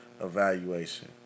evaluation